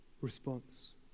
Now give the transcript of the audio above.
response